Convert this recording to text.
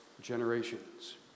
generations